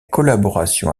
collaboration